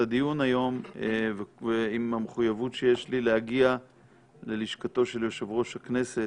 הדיון היום עם המחויבות שיש לי להגיע ללשכתו של יושב-ראש הכנסת,